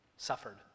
suffered